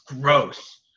gross